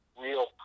real